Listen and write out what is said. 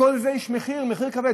לכל זה יש מחיר, מחיר כבד.